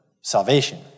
salvation